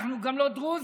אנחנו גם לא דרוזים,